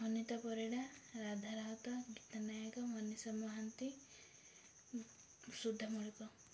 ଅନିତା ପରିଡ଼ା ରାଧା ରାଉତ ଗୀତା ନାୟକ ମନିଷ ମହାନ୍ତି ସୁଦ୍ଧା ମଳିକ